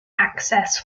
access